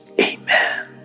Amen